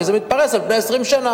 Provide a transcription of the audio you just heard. כי זה מתפרס על פני 20 שנה.